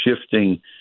shifting